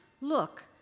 Look